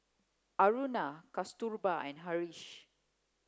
Aruna Kasturba and Haresh